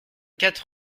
quatre